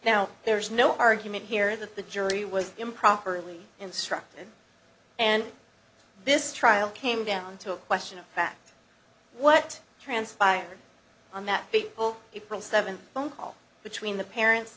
now there's no argument here that the jury was improperly instructed and this trial came down to a question of fact what transpired on that fateful day from seven phone call between the parents